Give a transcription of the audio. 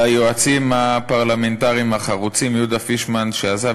ליועצים הפרלמנטריים החרוצים יהודה פישמן שעזב,